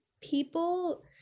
people